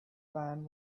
pan